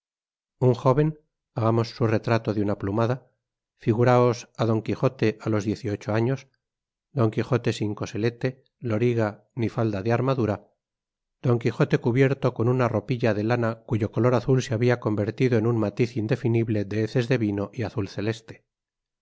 un jóvenhagamos su retrato de una plumada figuraos á don quijote á los diez y ocho años don quijote sin coselete loriga ni falda de armadura don quijote cubierto con una ropilla de lana cuyo color azul se habia convertido en un matiz indefinible de heces de vino y azut celeste